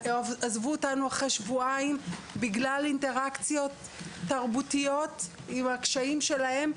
עזבו אותנו אחרי שבועיים בגלל אינטראקציות תרבותיות עם הקשיים שלהם.